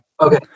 Okay